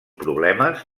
problemes